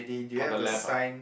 on the left ah